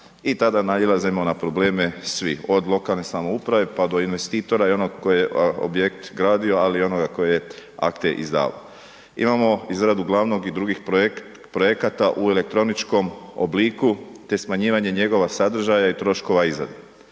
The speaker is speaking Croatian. i tada nailazimo na probleme svi, od lokalne samouprave, pa do investitora i onog koji je objekt gradio, ali i onoga koji je akte izdavao. Imamo izradu glavnog i drugih projekata u elektroničkom obliku, te smanjivanje njegova sadržaja i troškova izrade.